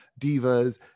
divas